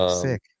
Sick